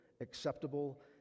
acceptable